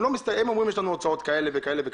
והם אומרים - יש לנו הוצאות כאלה וכאלה,